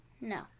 no